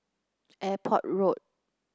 Airport Road